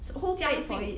who paid for it